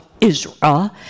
Israel